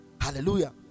hallelujah